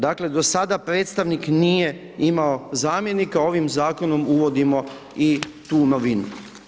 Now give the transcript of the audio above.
Dakle, do sada predstavnik nije imao zamjenika, ovim zakonom uvodimo i tu novinu.